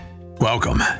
welcome